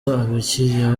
abakiliya